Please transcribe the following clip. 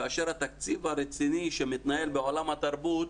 כאשר התקציב הרציני שמתנהל בעולם התרבות